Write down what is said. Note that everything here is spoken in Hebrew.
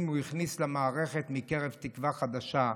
הוא הכניס למערכת מקרב תקווה חדשה.